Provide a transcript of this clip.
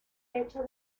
hecho